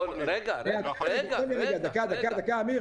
מאיר, רק תתייחס למה שמשרד התיירות עושה באילת.